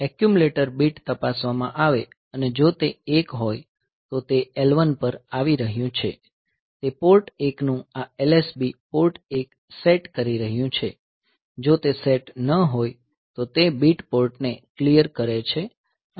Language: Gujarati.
એક્યુમ્યુલેટર બીટ તપાસવામાં આવે અને જો તે 1 હોય તો તે L1 પર આવી રહ્યું છે તે પોર્ટ 1 નું આ LSB પોર્ટ 1 સેટ કરી રહ્યું છે જો તે સેટ ન હોય તો તે બીટ પોર્ટને ક્લીયર કરે છે અને તે જંપ કરી રહ્યો છે